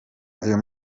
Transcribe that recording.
ayo